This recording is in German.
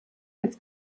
als